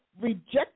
reject